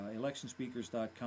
electionspeakers.com